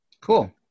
cool